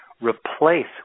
replace